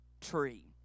tree